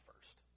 first